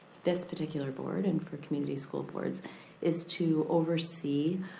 this particular board and for community school boards is to oversee